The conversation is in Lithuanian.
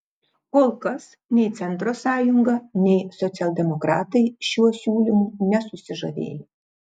kol kas nei centro sąjunga nei socialdemokratai šiuo siūlymu nesusižavėjo